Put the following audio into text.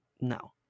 no